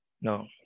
No